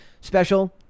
special